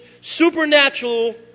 supernatural